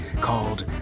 called